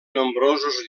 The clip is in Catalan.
nombrosos